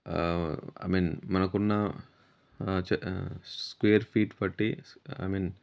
I mean మనకున్నా చ square feet పట్టి ఐ మీన్